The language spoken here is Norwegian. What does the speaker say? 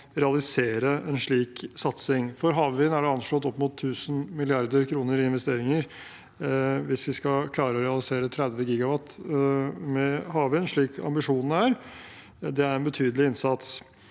realisere en slik satsing. For havvind er det anslått opp mot 1 000 mrd. kr i investeringer hvis vi skal klare å realisere 30 GW med havvind, slik ambisjonene er. Det er en betydelig innsats.